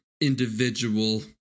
individual